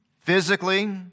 physically